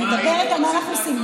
זה לא מה הייתם רוצים,